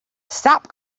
stop